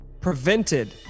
prevented